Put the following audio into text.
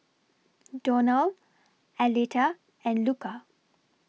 Donal Aleta and Luca